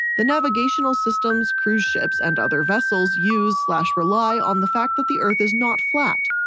the navigational systems cruise ships and other vessels use slash rely on the fact that the earth is not flat.